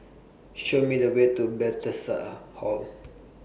Show Me The Way to Hall